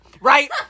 Right